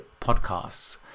podcasts